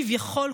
כביכול,